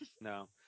No